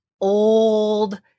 old